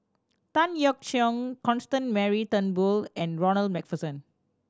Tan Yeok Seong Constance Mary Turnbull and Ronald Macpherson